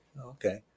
Okay